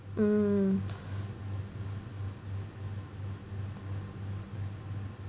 mm